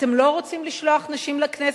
אתם לא רוצים לשלוח נשים לכנסת,